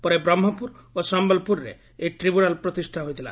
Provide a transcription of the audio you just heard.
ପରେ ବ୍ରହ୍କପୁର ଓ ସମ୍ଭଲପୁରରେ ଏହି ଟ୍ରିବ୍ୟୁନାଲ୍ ପ୍ରତିଷ୍ଠା ହୋଇଥିଲା